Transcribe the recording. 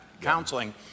Counseling